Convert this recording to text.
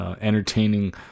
entertaining